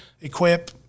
equip